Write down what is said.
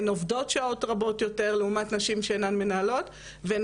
הן עובדות שעות רבות יותר לעומת נשים שאינן מנהלות והן